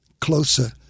closer